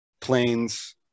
Planes